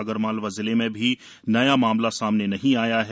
आगरमालवा जिले में भी नया मामला सामने नहीं आया है